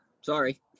Sorry